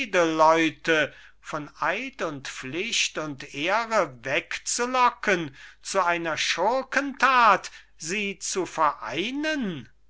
edelleute von eid und pflicht und ehre wegzulocken zu einer schurkentat sie zu vereinen